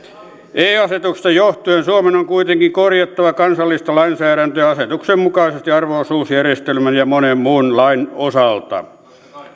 eu asetuksista johtuen suomen on kuitenkin korjattava kansallista lainsäädäntöä asetuksen mukaisesti arvo osuusjärjestelmän ja monen muun lain osalta